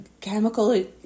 chemical